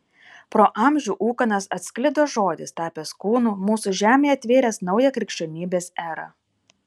pro amžių ūkanas atsklido žodis tapęs kūnu mūsų žemėje atvėręs naują krikščionybės erą